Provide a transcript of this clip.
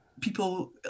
people